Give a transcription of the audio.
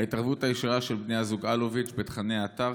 ההתערבות הישירה של בני הזוג אלוביץ' בתוכני האתר,